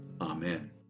Amen